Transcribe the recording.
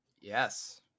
Yes